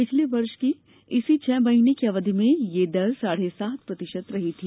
पिछले वर्ष की इसी छह महीने की अवधि में यह दर साढ़े सात प्रतिशत रही थी